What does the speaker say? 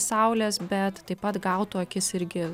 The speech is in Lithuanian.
saulės bet taip pat gautų akis irgi